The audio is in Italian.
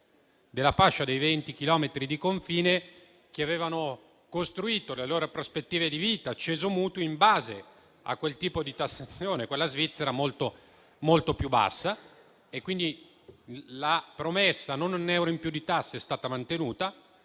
della fascia compresa nei venti chilometri dal confine, che hanno costruito le proprie prospettive di vita e acceso mutui in base a un tipo di tassazione, quella svizzera, molto più bassa. Quindi la promessa «non un euro in più di tasse» è stata mantenuta.